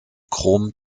chrom